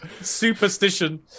Superstition